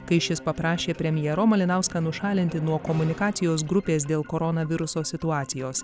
kai šis paprašė premjero malinauską nušalinti nuo komunikacijos grupės dėl koronaviruso situacijos